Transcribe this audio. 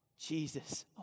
Jesus